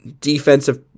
defensive